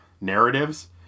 narratives